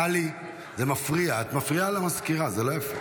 טלי, זה מפריע, את מפריעה לסגנית, זה לא יפה.